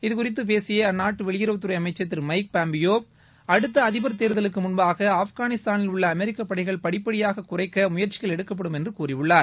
இதுகுறித்து பேசிய அந்நாட்டு வெளியுறவுத்துறை அமைச்சர் திரு மைக் பாம்பியோ அடுத்த அதிபர் தேர்தலுக்கு முன்பாக ஆப்கானிஸ்தானில் உள்ள அமெரிக்க பளடகள் படிப்படியாக குறைக்க முயற்சிகள் எடுக்கப்படும் என்று கூறியுள்ளார்